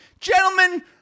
Gentlemen